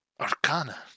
Arcana